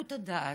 בקלות הדעת,